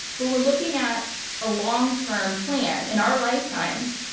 but we're looking at a long-term plan, in our lifetimes,